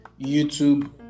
youtube